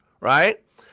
right